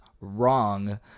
wrong